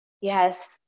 yes